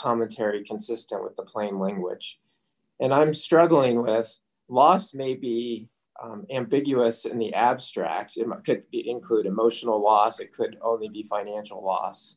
commentary consistent with the plain language and i'm struggling with lost may be ambiguous in the abstract could it include d emotional loss it could only be financial loss